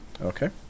Okay